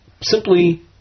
simply